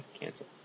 cancel